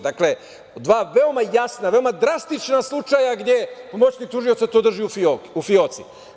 Dva veoma jasna, veoma drastična slučaja gde pomoćnik tužioca to drži u fioci.